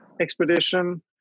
expedition